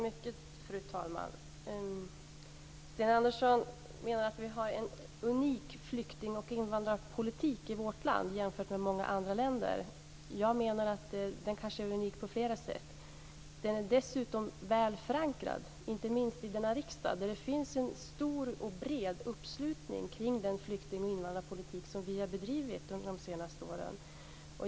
Fru talman! Sten Andersson menar att vi har en unik flykting och invandrarpolitik i vårt land jämfört med många andra länder. Jag menar att den kanske är unik på flera sätt. Den är dessutom väl förankrad, inte minst i denna riksdag. Det finns en stor och bred uppslutning kring den flykting och invandrarpolitik som vi har bedrivit under de senaste åren.